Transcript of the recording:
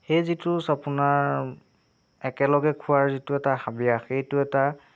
সেই যিটো আপোনাৰ একেলগে খোৱাৰ যিটো এটা হাবিয়াস সেইটো এটা